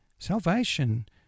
Salvation